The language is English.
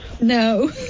no